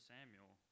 Samuel